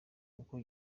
uko